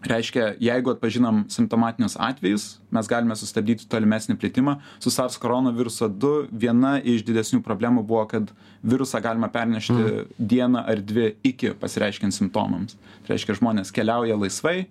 reiškia jeigu atpažinom simptomatinius atvejus mes galime sustabdyti tolimesnį plitimą su sars korona virusu du viena iš didesnių problemų buvo kad virusą galima pernešti dieną ar dvi iki pasireiškiant simptomams reiškia žmonės keliauja laisvai